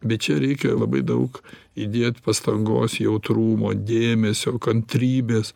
bet čia reikia labai daug įdėt pastangos jautrumo dėmesio kantrybės